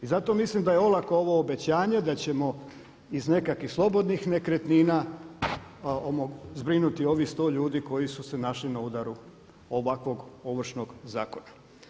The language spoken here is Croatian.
I zato mislim da je olako ovo obećanje da ćemo iz nekakvih slobodnih nekretnina zbrinuti ovih sto ljudi koji su se našli na udaru ovakvog Ovršnog zakona.